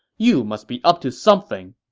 you must be up to something!